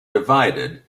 divided